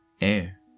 Air